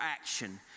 action